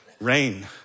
rain